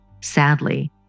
Sadly